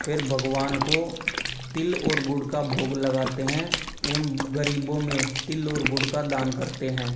फिर भगवान को तिल और गुड़ का भोग लगाते हैं एवं गरीबों में तिल और गुड़ का दान करते हैं